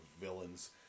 villains